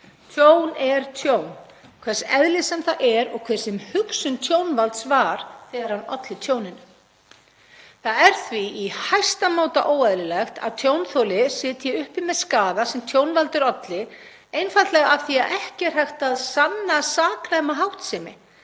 Tjón er tjón, hvers eðlis sem það er, og hver hugsun tjónvalds var er hann olli tjóninu. Það er því í hæsta máta óeðlilegt að tjónþoli sitji uppi með skaða sem tjónvaldur olli einfaldlega af því að ekki er hægt að sanna saknæma háttsemi,